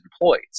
employees